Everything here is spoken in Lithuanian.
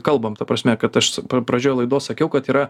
kalbam ta prasme kad aš pradžioj laidos sakiau kad yra